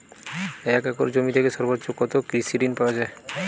এক একর জমি থেকে সর্বোচ্চ কত কৃষিঋণ পাওয়া য়ায়?